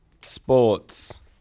Sports